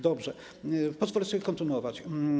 Dobrze, pozwolę sobie kontynuować.